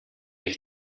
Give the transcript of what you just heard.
ich